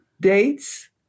dates